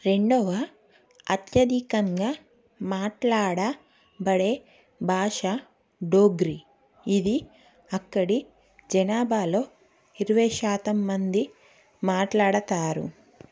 రెండవ అత్యధికంగా మాట్లాడ బడే భాష డోగ్రి ఇది అక్కడి జనాభాలో ఇరవై శాతం మంది మాట్లాడతారు